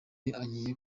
agiye